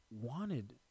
wanted